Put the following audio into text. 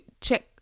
check